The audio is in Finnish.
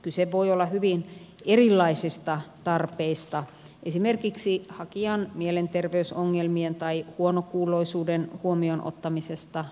kyse voi olla hyvin erilaisista tarpeista esimerkiksi hakijan mielenterveysongelmien tai huonokuuloisuuden huomioon ottamisesta turvapaikkapuhuttelussa